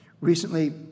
Recently